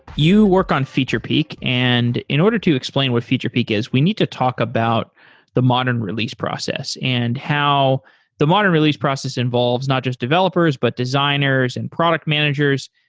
you work on featurepeek, and in order to explain what featurepeek is, we need to talk about the modern release process and how the modern release process involves not just developers, but designers and product managers.